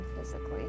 physically